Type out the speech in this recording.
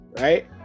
right